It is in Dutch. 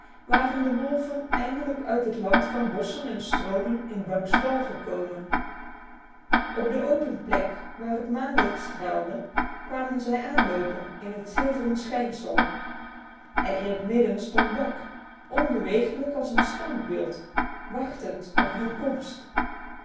waren de wolven eindelijk uit het land van bossen en stromen in buck's dal gekomen op de open plek waar het maanlicht straalde kwamen zij aanlopen in het zilveren schijnsel en in het midden stond buck onbeweeglijk als een standbeeld wachtend op hun komst